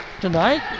tonight